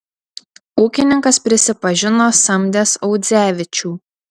ūkininkas prisipažino samdęs audzevičių